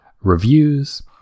reviews